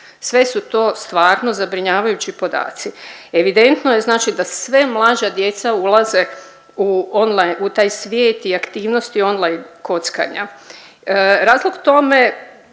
sve su to stvarno zabrinjavajući podaci. Evidentno je znači da sve mlađa djeca ulaze u online u taj svijet i aktivnosti online kockanja. Razlog tome,